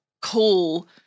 cool